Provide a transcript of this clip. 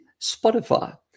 Spotify